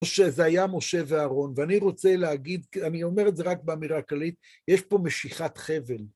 שזה היה משה ואהרון, ואני רוצה להגיד, אני אומר את זה רק באמירה כללית, יש פה משיכת חבל.